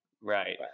right